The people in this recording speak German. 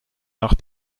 nach